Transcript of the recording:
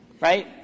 right